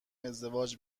ازدواج